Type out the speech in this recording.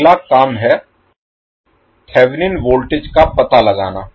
अगला काम है थेवेनिन वोल्टेज का पता लगाना